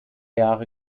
jahre